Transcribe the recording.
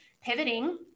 pivoting